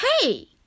Hey